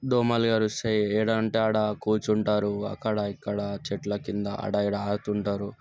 దోమలు కరుస్తాయి ఏడంటే ఆడ కూర్చుంటారు అక్కడ ఇక్కడ చెట్ల కింద ఆడా ఇడా ఆడుతుంటారు